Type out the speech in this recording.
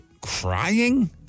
crying